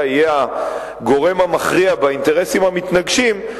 יהיה הגורם המכריע באינטרסים המתנגשים,